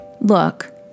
Look